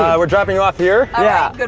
we're dropping you off here. yeah